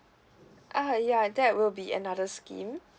uh ya that will be another scheme